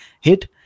hit